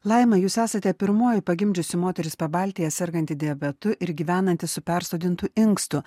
laima jūs esate pirmoji pagimdžiusi moteris pabaltyje serganti diabetu ir gyvenanti su persodintu inkstu